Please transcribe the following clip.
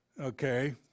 Okay